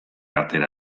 atera